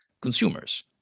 consumers